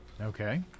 okay